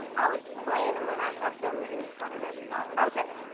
i'll explain and when i have them in front of everybody. okay.